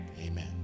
Amen